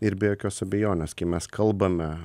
ir be jokios abejonės kai mes kalbame